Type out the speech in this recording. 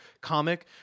comic